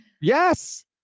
Yes